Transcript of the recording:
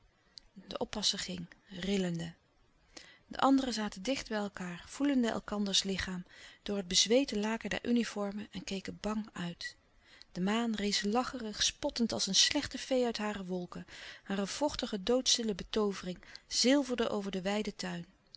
de oppasser ging rillende de anderen zaten dicht bij elkaâr voelende elkanders lichaam door het bezweette laken der uniformen en keken bang uit de maan rees lacherig spottend als een slechte fee uit hare wolken hare vochtige doodstille betoovering zilverde over den wijden tuin